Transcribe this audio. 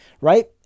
Right